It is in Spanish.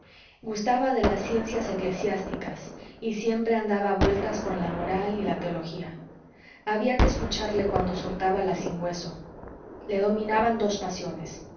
gustaba de las ciencias eclesiásticas y siempre andaba a vueltas con la moral y la teología había que escucharle cuando soltaba la sin hueso le dominaban dos pasiones